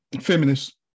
feminists